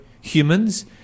humans